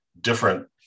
different